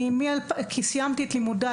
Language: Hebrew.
כי סיימתי את לימודיי.